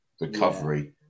recovery